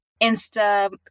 Insta